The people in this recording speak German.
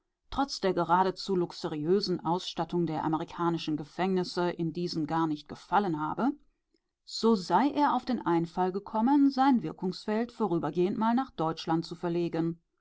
trotz der geradezu luxuriösen ausstattung der amerikanischen gefängnisse in diesen gar nicht gefallen habe so sei er auf den einfall gekommen sein wirkungsfeld vorübergehend mal nach deutschland zu verlegen